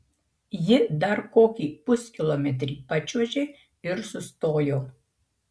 ji dar kokį puskilometrį pačiuožė ir sustojo